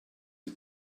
sie